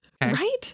Right